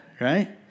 Right